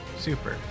Super